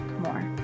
more